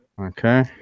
Okay